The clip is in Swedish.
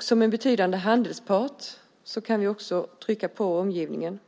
Som betydande handelspart kan vi också trycka på omgivningen.